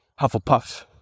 Hufflepuff